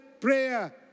prayer